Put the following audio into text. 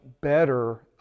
better